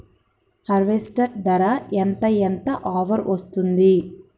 Harvester ధర ఎంత ఎంత ఆఫర్ వస్తుంది?